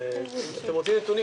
אבל אם אתם רוצים נתונים,